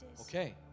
Okay